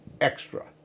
extra